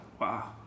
Wow